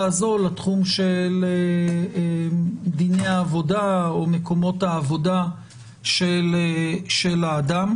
הזו לתחום של דיני העבודה או מקומות העבודה של האדם.